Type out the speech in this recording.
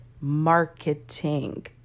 marketing